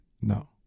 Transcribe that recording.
No